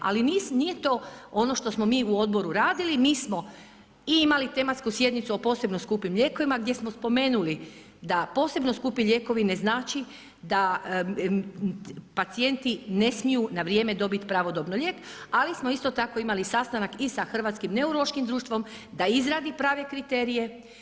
Ali nije to ono što smo mi u Odboru radili, mi smo i imali tematsku sjednicu o posebno skupim lijekovima gdje smo spomenuli da posebno skupi lijekovi ne znači pacijenti ne smiju na vrijeme dobiti pravodobno lijek, ali smo isto tako imali sastanak i sa hrvatskim neurološkim društvom da izradi prave kriterije.